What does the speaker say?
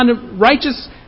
righteous